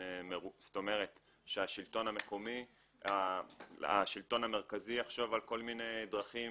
זאת אומרת שהשלטון המרכזי יחשוב על כל מיני דרכים